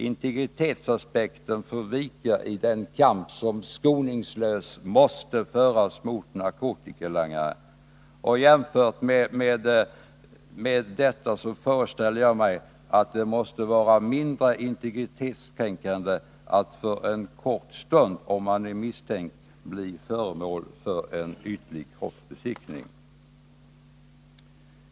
Integritetsaspekten får vika i den kamp som skoningslöst måste föras mot narkotikalangare. Jämfört med detta måste det, föreställer jag mig, vara mindre integritetskränkande att för en kort stund — om man är misstänkt — bli föremål för en ytlig kroppsbesiktning.